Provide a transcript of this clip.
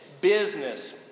business